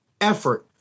effort